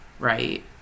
Right